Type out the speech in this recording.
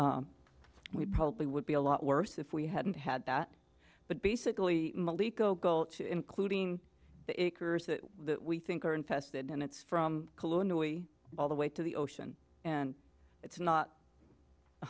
go we probably would be a lot worse if we hadn't had that but basically including it curbs that we think are infested and it's from all the way to the ocean and it's not